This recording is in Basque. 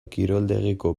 kiroldegiko